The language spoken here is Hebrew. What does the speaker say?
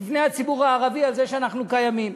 בפני הציבור הערבי על זה שאנחנו קיימים.